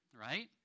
Right